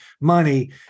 money